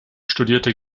studierte